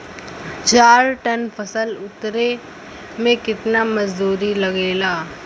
चार टन फसल उतारे में कितना मजदूरी लागेला?